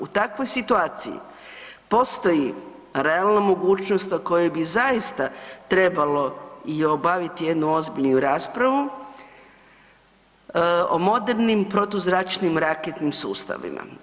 U takvoj situaciji postoji realna mogućnost o kojoj bi zaista trebalo i obaviti jednu ozbiljnu raspravu, o modernim protuzračnim raketnim sustavima.